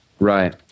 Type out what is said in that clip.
Right